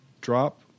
drop